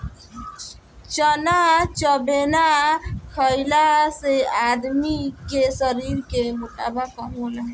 चना चबेना खईला से आदमी के शरीर के मोटापा कम होला